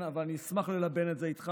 חבר הכנסת בוסו, אני קורא אותך לסדר פעם